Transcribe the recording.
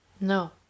No